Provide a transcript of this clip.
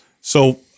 So-